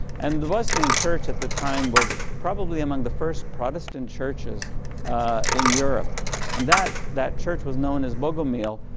and the bosnian church at the time was probably among the first protestant churches in europe and that that church was known as bogomil.